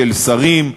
של שרים,